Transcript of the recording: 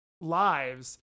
lives